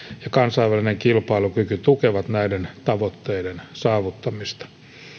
ja kansainvälinen kilpailukyky tukevat näiden tavoitteiden saavuttamista